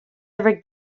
ever